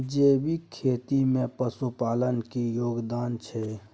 जैविक खेती में पशुपालन के की योगदान छै?